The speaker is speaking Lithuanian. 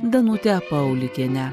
danutę paulikienę